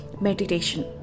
meditation